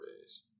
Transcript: days